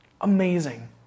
Amazing